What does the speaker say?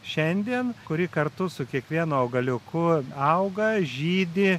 šiandien kuri kartu su kiekvienu augaliuku auga žydi